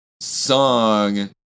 song